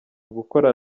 gukora